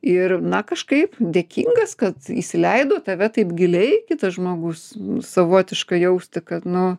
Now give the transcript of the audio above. ir na kažkaip dėkingas kad įsileido tave taip giliai kitas žmogus savotiškai jausti kad nu